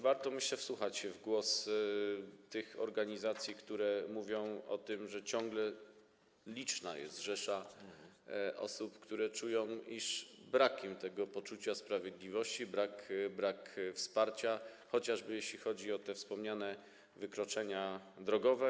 Warto, myślę, wsłuchać się w głos tych organizacji, które mówią o tym, że ciągle liczna jest rzesza osób, które czują, iż brak im tego poczucia sprawiedliwości, brak wsparcia, chociażby jeśli chodzi o te wspomniane wykroczenia drogowe.